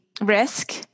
risk